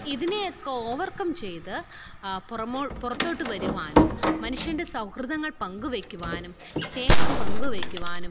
ഇതിനെ ഒക്കെ ഓവര്കം ചെയ്ത് പുറത്തോട്ട് വരുവാനും മനുഷ്യന്റെ സൗഹൃദങ്ങള് പങ്കുവെയ്ക്കുവാനും സ്നേഹം പങ്കുവെയ്ക്കുവാനും